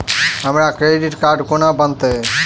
हमरा credit card कोना बनतै?